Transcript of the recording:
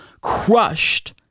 crushed